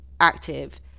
active